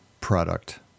product